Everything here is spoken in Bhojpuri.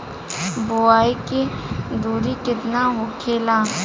बुआई के दूरी केतना होखेला?